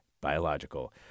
Biological